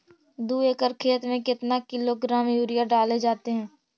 दू एकड़ खेत में कितने किलोग्राम यूरिया डाले जाते हैं?